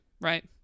right